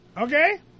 Okay